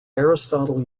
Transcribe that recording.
aristotle